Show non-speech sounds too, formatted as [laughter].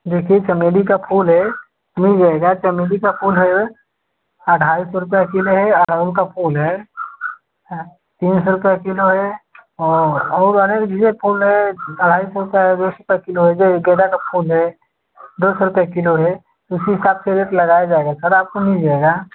देखिए चमेली का फूल हे मिल जाएगा चमेली का फूल है हाँ ढाई सौ रुपया [unintelligible] है अड़हुल का फूल है [unintelligible] तीन सौ रुपए किलो है और और [unintelligible] फूल है ढाई सौ का है बीस रुपए किलो है गेंदा का फूल है दस रुपए कीलो है उस हिसाब से रेट लगाया जाएगा सर आपको मिल जाएगा